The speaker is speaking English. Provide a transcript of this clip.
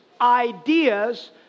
ideas